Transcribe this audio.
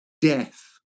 death